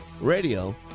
Radio